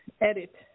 edit